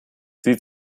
sie